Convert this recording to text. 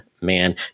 Man